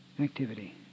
activity